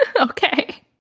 Okay